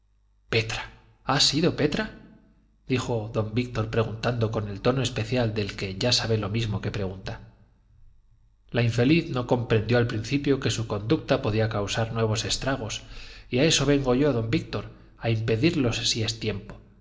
petra ha sido petra dijo don víctor preguntando con el tono especial del que ya sabe lo mismo que pregunta la infeliz no comprendió al principio que su conducta podía causar nuevos estragos y a eso vengo yo don víctor a impedirlos si es tiempo